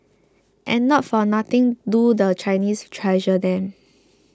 and not for nothing do the Chinese treasure them